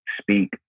speak